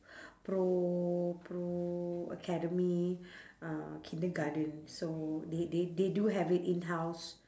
pro pro academy uh kindergarten so they they they do have it in-house